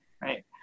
right